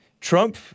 Trump